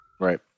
right